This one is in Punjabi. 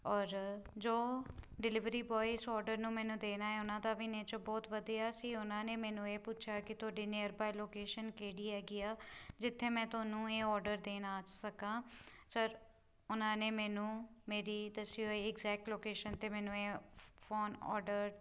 ਔਰ ਜੋ ਡਿਲੀਵਰੀ ਬੋਆਏ ਇਸ ਔਡਰ ਨੂੰ ਮੈਨੂੰ ਦੇਣ ਆਇਆ ਉਹਨਾਂ ਦਾ ਵੀ ਨੇਚਰ ਬਹੁਤ ਵਧੀਆ ਸੀ ਉਹਨਾਂ ਨੇ ਮੈਨੂੰ ਇਹ ਪੁੱਛਿਆ ਕਿ ਤੁਹਾਡੇ ਨੀਅਰ ਬਾਏ ਲੋਕੇਸ਼ਨ ਕਿਹੜੀ ਹੈਗੀ ਆ ਜਿੱਥੇ ਮੈਂ ਤੁਹਾਨੂੰ ਇਹ ਔਡਰ ਦੇਣ ਆ ਸਕਾਂ ਸਰ ਉਹਨਾਂ ਨੇ ਮੈਨੂੰ ਮੇਰੀ ਦੱਸੀ ਹੋਈ ਐਗਜੈਕਟ ਲੋਕੇਸ਼ਨ 'ਤੇ ਮੈਨੂੰ ਇਹ ਫ ਫੋਨ ਔਡਰ